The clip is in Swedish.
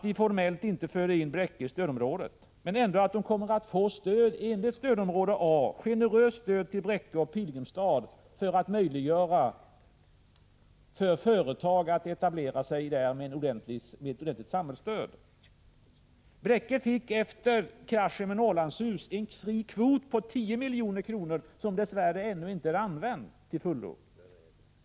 Vi för inte in Bräcke i stödområdet formellt, men Bräcke kommer att få stöd som om det tillhörde stödområde A. Det blir ett generöst samhällsstöd till Bräcke och Pilgrimstad för att möjliggöra för företag att etablera sig där. Bräcke fick efter kraschen med Norrlandshus en fri kvot på 10 milj.kr., som dess värre ännu inte är använd till fullo.